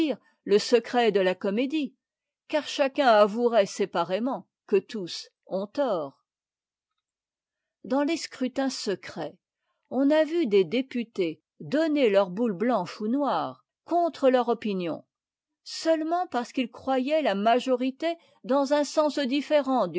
le secret de la comédie car chacun avouerait séparément que tous ont tort dans les scrutins secrets on a vu des députés donner leur boule blanche ou noire contre leur opinion seulement parce qu'ils croyaient la majorité dans un sens différent